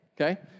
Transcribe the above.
okay